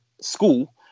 school